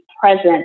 present